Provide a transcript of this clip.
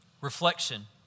Reflection